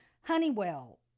Honeywell